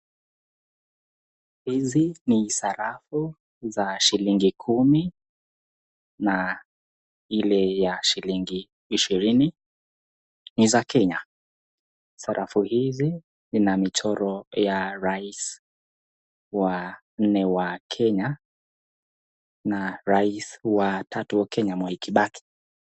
Hizi ni sarafu za shilingi kumi na ile ya shilingi ishirini, ni za Kenya. Sarafu hizi ina michoro ya rais wa nne wa Kenya, na rais wa tatu wa Kenya, Mwai Kibaki.